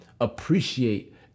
appreciate